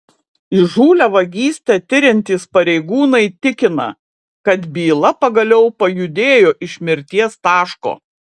įžūlią vagystę tiriantys pareigūnai tikina kad byla pagaliau pajudėjo iš mirties taško